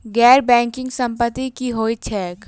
गैर बैंकिंग संपति की होइत छैक?